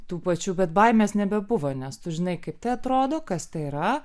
tų pačių bet baimės nebebuvo nes tu žinai kaip tai atrodo kas tai yra